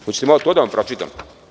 Hoćete malo to da vam pročitam?